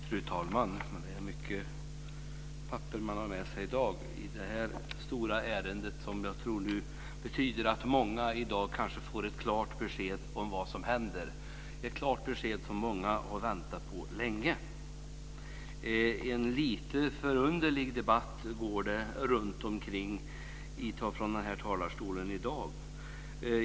Fru talman! Det är mycket papper som man har med sig i dag, i det här stora ärendet som jag tror betyder att många får ett klart besked om vad som händer. Det är ett besked som många har väntat på länge. Det har förts en lite förunderlig debatt från den här talarstolen i dag.